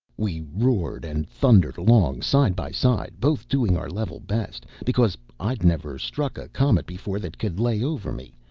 we roared and thundered along side by side, both doing our level best, because i'd never struck a comet before that could lay over me,